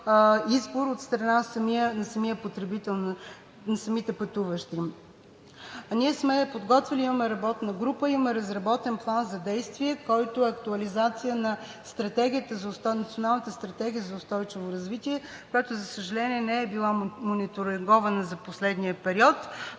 избор от страна на самия потребител, на самите пътуващи. Ние сме подготвили, имаме работна група, имаме разработен план за действие, който е актуализация на Националната стратегия за устойчиво развитие, която, за съжаление, не е била мониторингована за последния период.